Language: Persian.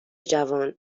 جوان